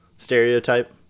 stereotype